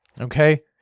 Okay